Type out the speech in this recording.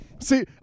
See